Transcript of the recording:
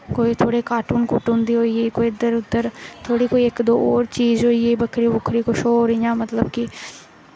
कोई थोह्ड़ी कार्टून कुर्टून दी होई इद्धर उद्धर थोह्ड़ी कोई इक दो होर चीज होई गेई बक्खरी बक्खरी किश होर होई गेइयां मतलब कि